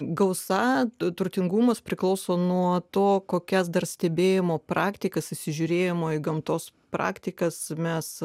gausa turtingumas priklauso nuo to kokias dar stebėjimo praktikas įsižiūrėjimo į gamtos praktikas mes